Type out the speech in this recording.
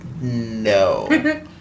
no